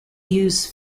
use